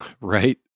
right